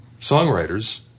songwriters